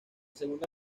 segunda